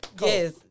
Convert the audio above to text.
Yes